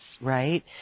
right